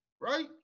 right